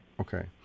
Okay